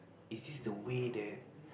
is this the way that